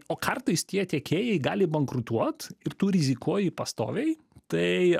o kartais tie tiekėjai gali bankrutuot ir tu rizikuoji pastoviai tai